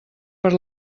per